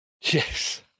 yes